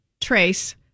Trace